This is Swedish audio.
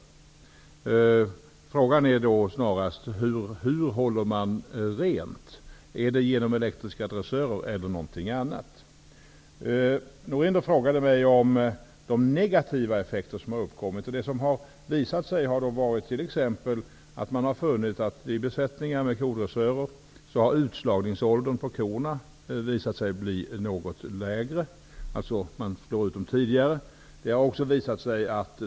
Frågan är snarast hur man håller rent. Gör man det genom elektriska dressörer t.ex.? Patrik Norinder frågade om de negativa effekter som har uppkommit. Jag kan nämna t.ex. att kornas utslagningsålder när det gällt besättningar med kodressörer visat sig bli något lägre. Korna slås ut tidigare.